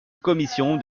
commission